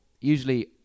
usually